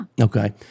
Okay